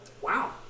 Wow